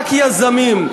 רק יזמים,